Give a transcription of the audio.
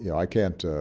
yeah i can't.